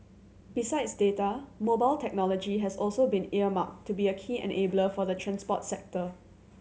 besides data mobile technology has also been earmarked to be a key enabler for the transport sector